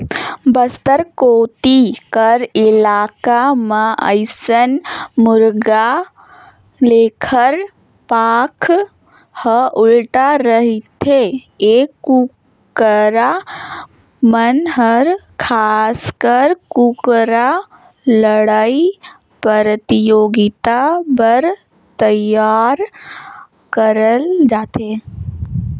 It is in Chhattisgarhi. बस्तर कोती कर इलाका म अइसन मुरगा लेखर पांख ह उल्टा रहिथे ए कुकरा मन हर खासकर कुकरा लड़ई परतियोगिता बर तइयार करल जाथे